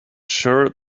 sure